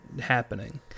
happening